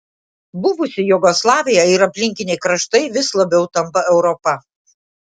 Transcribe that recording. buvusi jugoslavija ir aplinkiniai kraštai vis labiau tampa europa